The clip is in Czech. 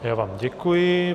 Já vám děkuji.